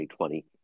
2020